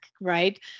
right